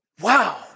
Wow